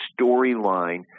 storyline